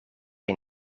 een